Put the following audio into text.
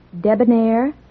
debonair